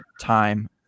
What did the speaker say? time